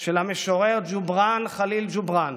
של המשורר ג'ובראן ח'ליל ג'ובראן,